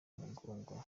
umugongo